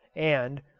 and,